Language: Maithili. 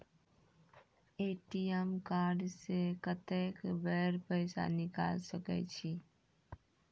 ए.टी.एम कार्ड से कत्तेक बेर पैसा निकाल सके छी?